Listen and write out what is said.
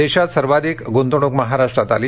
देशात सर्वाधिक गुंतवणूक ही महाराष्ट्रात आली